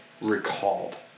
recalled